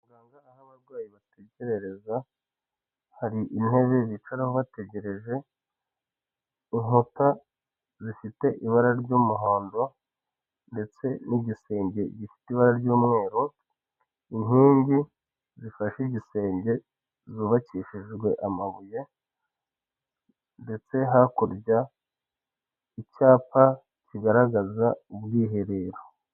Kwa muganga aho abarwayi batekerereza hari intebe zicararaho bategereje, inkuta zifite ibara ry'umuhondo ndetse n'igisenge gifite ibara ry'umweru, inkingi zifashe igisenge zubakishijwe amabuye ndetse hakurya icyapa kigaragaza ubwiherero.